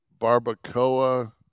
barbacoa